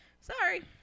Sorry